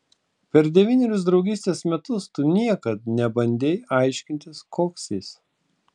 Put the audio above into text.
per devynerius draugystės metus tu niekad nebandei aiškintis koks jis